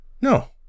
No